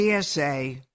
TSA